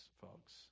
folks